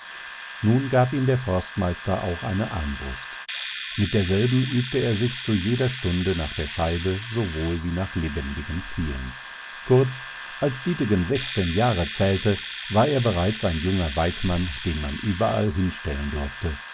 nun gab ihm der forstmeister auch eine armbrust mit derselben übte er sich zu jeder stunde nach der scheibe sowohl wie nach lebendigen zielen kurz als dietegen sechzehn jahre zählte war er bereits ein junger weidmann den man überall hinstellen durfte